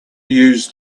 use